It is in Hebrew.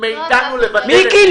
אתם מבקשים מאתנו לבטל --- מיקי,